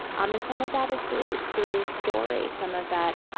um and some of that is through through story some of that,